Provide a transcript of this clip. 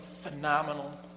phenomenal